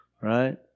Right